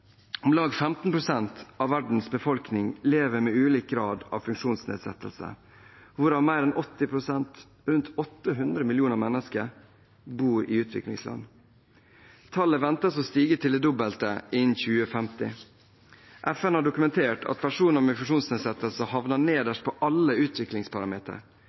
Om lag 15 pst. av verdens befolkning lever med ulik grad av funksjonsnedsettelser, hvorav mer enn 80 pst. – rundt 800 millioner mennesker – bor i utviklingsland. Tallet ventes å stige til det dobbelte innen 2050. FN har dokumentert at personer med funksjonsnedsettelser havner nederst på alle utviklingsparametre.